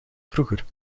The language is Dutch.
vroeger